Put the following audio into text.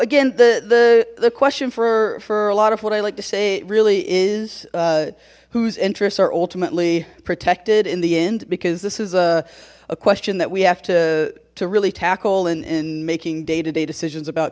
again the the question for for a lot of what i like to say it really is whose interests are ultimately protected in the end because this is a question that we have to to really tackle in making day to day decisions about